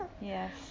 yes